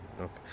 okay